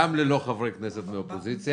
וגם ללא חברי כנסת מן האופוזיציה,